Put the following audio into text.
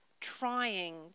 trying